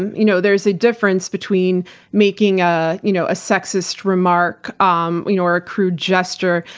and you know there's a difference between making a you know a sexist remark, um you know or a crude gesture.